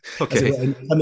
Okay